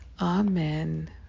Amen